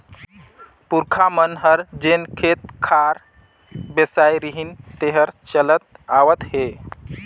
पूरखा मन हर जेन खेत खार बेसाय रिहिन तेहर चलत आवत हे